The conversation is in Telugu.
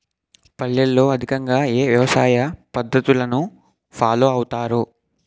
పల్లెల్లో అధికంగా ఏ వ్యవసాయ పద్ధతులను ఫాలో అవతారు?